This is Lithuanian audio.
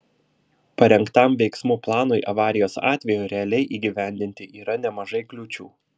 parengtam veiksmų planui avarijos atveju realiai įgyvendinti yra nemažai kliūčių